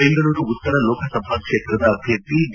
ಬೆಂಗಳೂರು ಉತ್ತರ ಲೋಕಸಭಾ ಕ್ಷೇತ್ರದ ಅಭ್ಯರ್ಥಿ ಡಿ